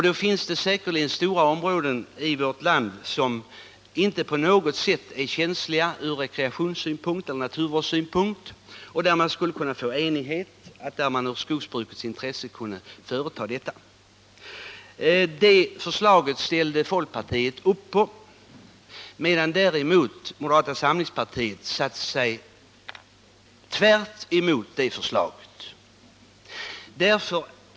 Det finns säkerligen stora områden i vårt land som inte på något sätt är känsliga ur rekreations NF 149 och naturvårdssynpunkt. Man skulle kunna få enighet om att där i Onsdagen den skogsbrukets intresse tillåta den verksamhet det här gäller. 21 maj 1980 Dessa förslag ställde folkpartiet upp på. medan däremot moderata samlingspartiet tvärt motsatte sig förslaget.